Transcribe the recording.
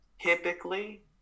typically